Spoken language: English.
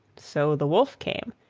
so the wolf came,